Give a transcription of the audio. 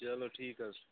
چلو ٹھیٖک حظ چھُ